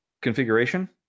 configuration